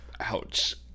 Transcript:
Ouch